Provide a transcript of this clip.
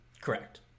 Correct